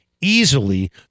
easily